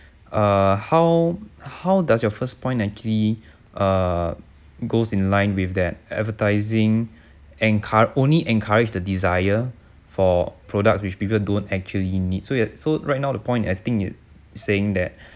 uh how how does your first point actually uh goes in line with that advertising encour~ only encourage the desire for products which people don't actually need so your so right now the point I think is saying that